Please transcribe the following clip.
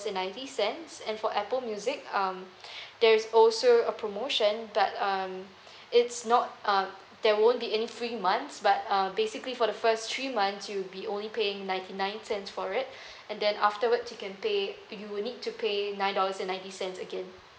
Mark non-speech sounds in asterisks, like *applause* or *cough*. and ninety cents and for Apple music um *breath* there is also a promotion but um it's not uh there won't be any free months but uh basically for the first three months you'll be only paying ninety nine cents for it *breath* and then afterwards you can pay you will need to pay nine dollars and ninety cents again